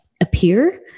appear